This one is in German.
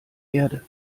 erde